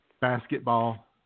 basketball